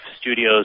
studios